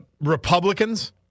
Republicans